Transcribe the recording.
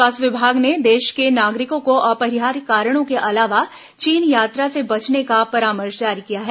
स्वास्थ्य विभाग ने देश के नागरिकों को अपरिहार्य कारणों के अलावा चीन यात्रा से बचने का परामर्श जारी किया है